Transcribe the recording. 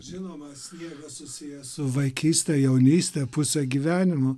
žinoma sniegas susijęs su vaikyste jaunyste pusę gyvenimo